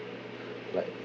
like